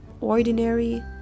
ordinary